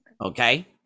Okay